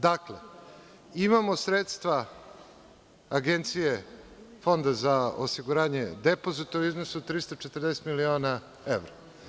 Dakle, imamo sredstva Agencije, Fonda za osiguranje depozita u iznosu od 340 miliona evra.